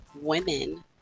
women